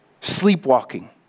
sleepwalking